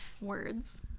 Words